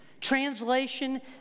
Translation